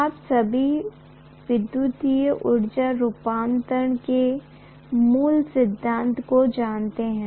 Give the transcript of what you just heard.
आप सभी विद्युत ऊर्जा रूपांतरण के मूल सिद्धांत को जानते हैं